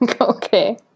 Okay